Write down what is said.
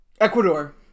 Ecuador